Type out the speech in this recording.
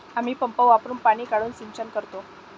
आम्ही पंप वापरुन पाणी काढून सिंचन करतो